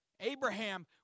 Abraham